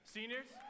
Seniors